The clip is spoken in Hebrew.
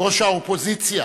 ראש האופוזיציה